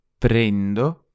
Prendo